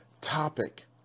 topic